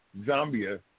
Zambia